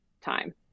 time